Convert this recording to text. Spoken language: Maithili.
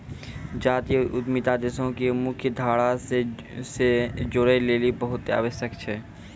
जातीय उद्यमिता देशो के मुख्य धारा से जोड़ै लेली बहुते आवश्यक छै